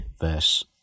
verse